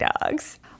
dogs